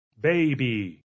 baby